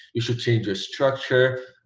you should change your structure.